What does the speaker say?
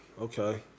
Okay